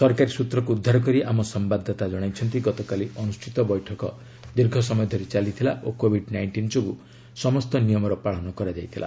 ସରକାରୀ ସ୍ତ୍ରକୁ ଉଦ୍ଧାର କରି ଆମ ସମ୍ଭାଦଦାତା ଜଣାଇଛନ୍ତି ଗତକାଲି ଅନୁଷ୍ଠିତ ବୈଠକ ଦୀର୍ଘସମୟ ଧରି ଚାଲିଥିଲା ଓ କୋଭିଡ ନାଇଷ୍ଟିନ୍ ଯୋଗୁଁ ସମସ୍ତ ନିୟମର ପାଳନ କରାଯାଇଥିଲା